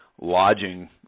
lodging